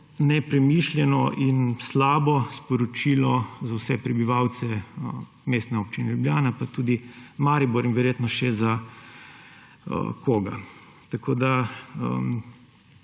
nepremišljeno in slabo sporočilo za vse prebivalce Mestne občine Ljubljane pa tudi Maribor in verjetno še za koga. Jaz